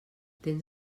tens